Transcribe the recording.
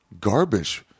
garbage